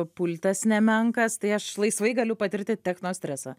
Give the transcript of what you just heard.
pultas nemenkas tai aš laisvai galiu patirti techno stresą